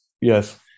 Yes